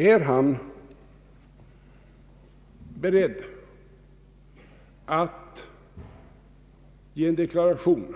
är han beredd att i en deklaration